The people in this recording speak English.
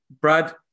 brad